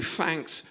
thanks